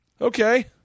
okay